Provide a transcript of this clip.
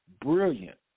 brilliant